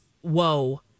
whoa